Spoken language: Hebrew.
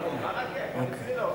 גם אצלי לא הופיע.